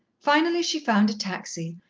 finally she found a taxi,